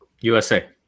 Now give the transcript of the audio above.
USA